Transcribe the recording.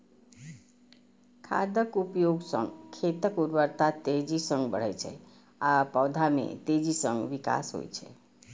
खादक उपयोग सं खेतक उर्वरता तेजी सं बढ़ै छै आ पौधा मे तेजी सं विकास होइ छै